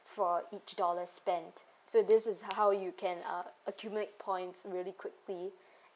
for each dollar spent so this is how you can uh accumulate points really quickly